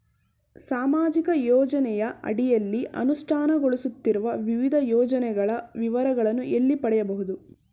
ಸಾಮಾಜಿಕ ಯೋಜನೆಯ ಅಡಿಯಲ್ಲಿ ಅನುಷ್ಠಾನಗೊಳಿಸುತ್ತಿರುವ ವಿವಿಧ ಯೋಜನೆಗಳ ವಿವರಗಳನ್ನು ಎಲ್ಲಿ ಪಡೆಯಬಹುದು?